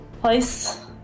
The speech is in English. place